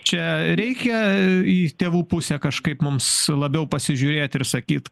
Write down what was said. čia reikia į tėvų pusę kažkaip mums labiau pasižiūrėt ir sakyt